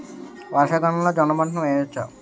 వర్షాకాలంలో జోన్న పంటను వేయవచ్చా?